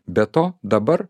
be to dabar